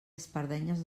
espardenyes